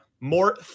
more